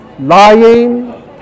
lying